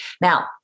Now